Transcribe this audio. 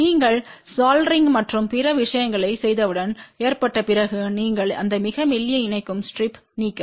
நீங்கள் சாலிடரிங் மற்றும் பிற விஷயங்களைச் செய்தவுடன் ஏற்றப்பட்ட பிறகு நீங்கள் அந்த மிக மெல்லிய இணைக்கும் ஸ்ட்ரிப் நீக்க